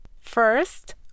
First